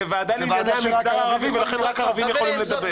זו ועדה לענייני המגזר הערבי ולכן רק ערבים יכולים לדבר.